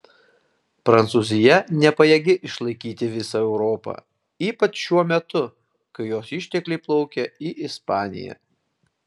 prancūzija nepajėgi išlaikyti visą europą ypač šiuo metu kai jos ištekliai plaukia į ispaniją